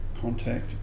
contact